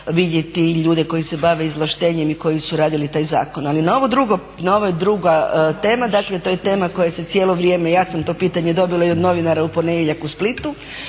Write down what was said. vidjeti ljude koji se bave izvlaštenjem i koji su radili taj zakon. Ali ova druga tema, dakle to je tema koja se cijelo vrijeme, ja sam to pitanje dobila i od novinara u ponedjeljak u Splitu,